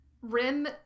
Rim